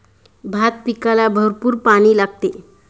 भात पिकाला भरपूर पाणी लागते